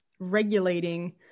regulating